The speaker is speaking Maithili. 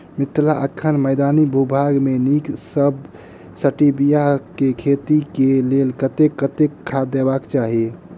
मिथिला एखन मैदानी भूभाग मे नीक स्टीबिया केँ खेती केँ लेल कतेक कतेक खाद देबाक चाहि?